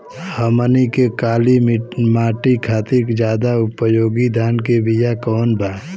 हमनी के काली माटी खातिर ज्यादा उपयोगी धान के बिया कवन बा?